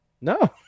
No